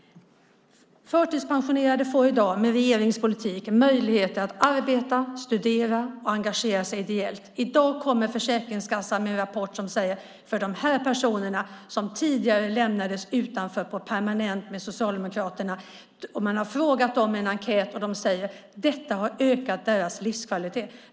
Förtidspensionerade får i dag med regeringens politik möjligheter att arbeta, studera och engagera sig ideellt. I dag kommer Försäkringskassan med en rapport som bygger på enkäter där dessa personer själva har fått svara. Rapporten säger att livskvaliteten har ökat för dessa personer, som tidigare lämnades utanför permanent under den socialdemokratiska regeringen.